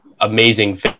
amazing